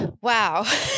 Wow